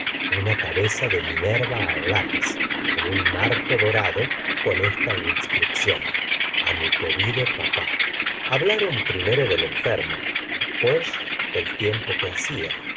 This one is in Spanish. una cabeza de minerva al lápiz en un marco dorado con esta inscripción a mi querido papá hablaron primero del enfermo después del tiempo que hacia